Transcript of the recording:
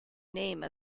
name